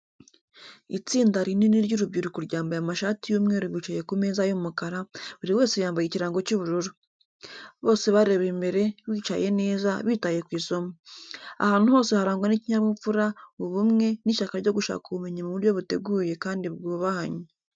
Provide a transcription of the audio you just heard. Itsinda rinini ry’urubyiruko ryambaye amashati y’umweru bicaye ku meza y’umukara, buri wese yambaye ikirango cy’ubururu. Bose bareba imbere, bicaye neza, bitaye ku isomo. Ahantu hose harangwa n’ikinyabupfura, ubumwe, n’ishyaka ryo gushaka ubumenyi mu buryo buteguye, kandi bwubahanye.